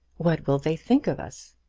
what will they think of us?